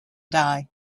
die